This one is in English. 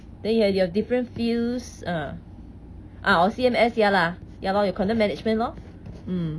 then you had your different fields uh uh C_M_S ya lah ya lor 有 content management lor mm